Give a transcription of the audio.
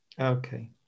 Okay